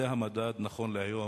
זה המדד נכון להיום.